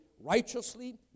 righteously